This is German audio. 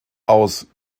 aus